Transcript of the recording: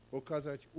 okazać